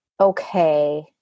Okay